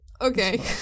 Okay